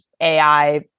AI